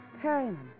Perryman